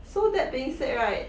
so that being said right